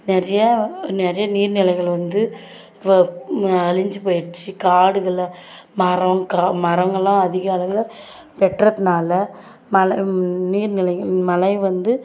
நிறையா நிறையா நீர்நிலைகள் வந்து இப்போ ம அழிந்து போயிருச்சு காடுகள்லாம் மரம் கா மரங்கள்லாம் அதிக அளவில் வெட்டுறதனால மழை நீர்நிலைகள் மழை வந்து